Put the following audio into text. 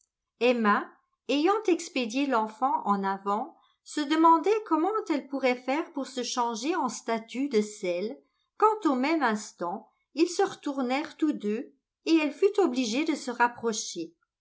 emma ayant expédié l'enfant en avant se demandait comment elle pourrait faire pour se changer en statue de sel quand au même instant ils se retournèrent tous deux et elle fut obligée de se rapprocher